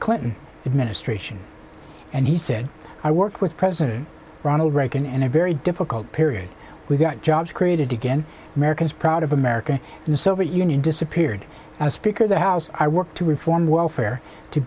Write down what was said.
clinton administration and he said i worked with president ronald reagan and a very difficult period we got jobs created again americans proud of america and the soviet union disappeared as speaker of the house i worked to reform welfare to